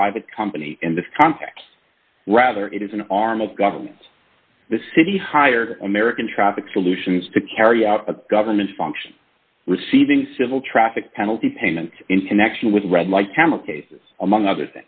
private company in this conflict rather it is an arm of government the city hired american traffic solutions to carry out government functions receiving civil traffic penalty payments in connection with red light camera cases among other